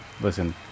Listen